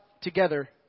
together